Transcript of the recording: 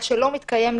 מה שלא מתקיים,